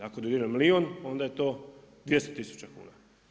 Ako dodijeli milijun, onda je to 200 tisuća kuna.